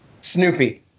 Snoopy